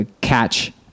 catch